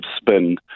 spin